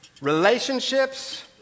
relationships